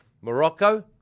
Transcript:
Morocco